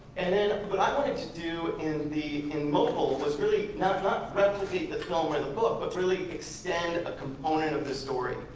and then what i wanted to do in the, in mobile was really not not replicate the film or the book but really extend a component of the story,